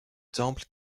temple